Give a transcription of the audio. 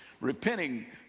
Repenting